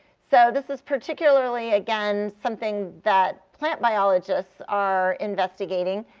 so this is particularly, again, something that plant biologists are investigating.